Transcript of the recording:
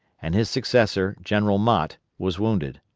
and his successor, general mott, was wounded.